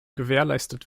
gewährleistet